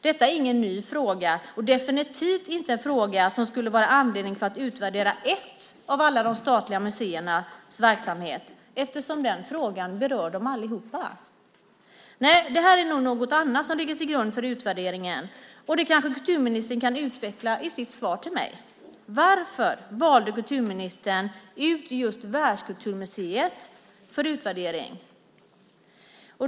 Detta är ingen ny fråga, och definitivt inte en fråga som är anledning till att utvärdera ett av alla de statliga museernas verksamhet. Den frågan berör ju allihop. Nej, det är nog något annat som ligger till grund för utvärderingen. Kulturministern kanske kan utveckla det i sitt svar till mig. Varför valde kulturministern ut just Världskulturmuseet för utvärdering?